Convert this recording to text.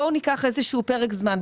בואו ניקח איזה שהוא פרק זמן,